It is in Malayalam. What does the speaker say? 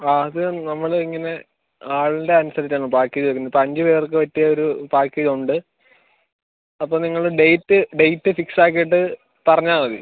ആദ്യം നമ്മൾ ഇങ്ങനെ ആളുടെ അനുസരിച്ച് ആണ് പാക്കേജ് വരുന്നത് അഞ്ച് പേർക്ക് പറ്റിയ ഒരു പാക്കേജ് ഉണ്ട് അപ്പോൾ നിങ്ങൾ ഡേറ്റ് ഡേറ്റ് ഫിക്സ് ആക്കീട്ട് പറഞ്ഞാൽ മതി